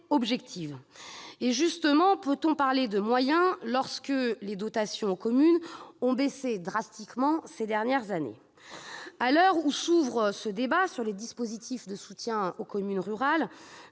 Justement, peut-on parler de moyens alors que les dotations aux communes ont baissé drastiquement ces dernières années ? À l'heure où s'ouvre ce débat sur les dispositifs de soutien aux communes rurales,